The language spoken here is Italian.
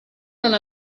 non